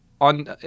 on